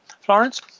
Florence